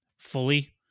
fully